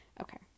Okay